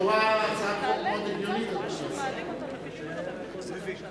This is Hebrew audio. לכאורה הצעת חוק מאוד הגיונית, אדוני השר.